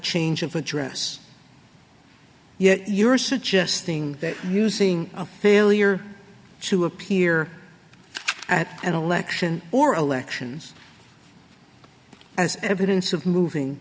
change of address yet you're suggesting that using a failure to appear at an election or elections as evidence of moving